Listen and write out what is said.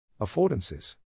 Affordances